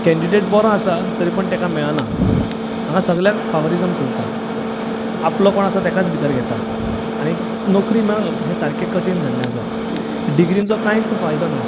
candidate बरो आसा तरी पूण तेका मेळना हांगा सगळ्याक फावरीजम चलता आपलो कोण आसा ताकाच भितर घेता आनी नोकरी मेळप हें सारकें कठीण जाल्लें आसा डिग्रींचो कांयच फायदो ना